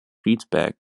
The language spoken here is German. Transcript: feedback